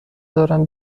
دارم